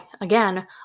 again